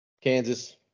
Kansas